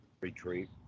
retreat